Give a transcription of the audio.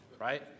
Right